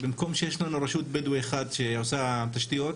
במקום שיש לנו רשות בדואית אחת שעושה תשתיות,